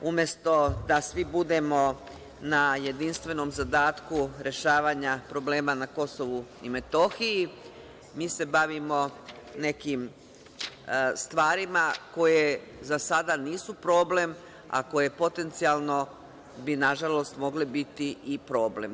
Umesto da svi budemo na jedinstvenom zadatku rešavanja problema na KiM, mi se bavimo nekim stvarima koje za sada nisu problem, a koje potencijalno bi nažalost mogle biti i problem.